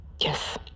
Yes